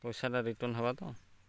ପଇସାଟା ରିଟର୍ଣ୍ଣ୍ ହେବା ତ